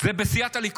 זה בסיעת הליכוד.